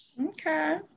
okay